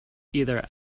either